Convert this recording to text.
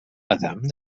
adam